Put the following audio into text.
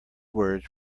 words